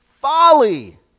folly